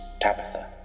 Tabitha